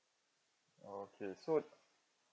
okay so